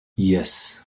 yes